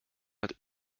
halt